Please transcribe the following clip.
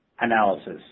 analysis